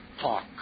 talk